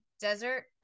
Desert